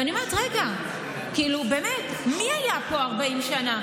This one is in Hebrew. ואני אומרת: רגע, כאילו באמת, מי היה פה 40 שנה?